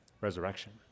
resurrection